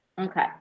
Okay